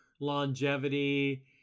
longevity